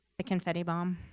the confetti bomb.